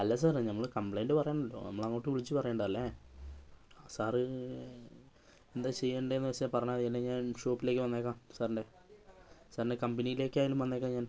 അല്ല സാറേ നമ്മൾ കംപ്ലയിൻ്റ് പറയണമല്ലോ നമ്മൾ അങ്ങോട്ട് വിളിച്ച് പറയേണ്ടതല്ലേ സാറ് എന്താ ചെയ്യേണ്ടതെന്ന് വച്ചാൽ പറഞ്ഞാൽ മതി അല്ലെങ്കിൽ ഞാൻ ഷോപ്പിലേക്ക് വന്നേക്കാം സാറിൻ്റെ സാറിൻ്റെ കമ്പനിയിലേക്കായാലും വന്നേക്കാം ഞാൻ